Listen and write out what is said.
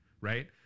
right